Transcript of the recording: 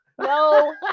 no